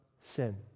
sin